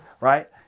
right